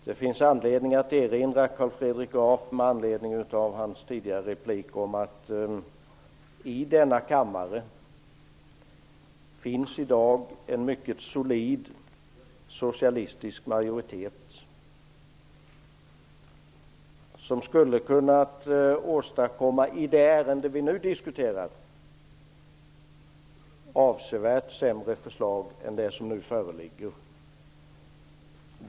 Det finns anledning att erinra Carl Fredrik Graf med anledning av hans tidigare replik om att det i denna kammare i dag finns en mycket solid socialistisk majoritet, som i det ärende som vi nu diskuterar skulle ha kunnat åstadkomma ett avsevärt sämre förslag än det som nu föreligger.